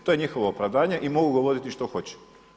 To je njihovo opravdanje i mogu govoriti što hoće.